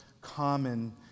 common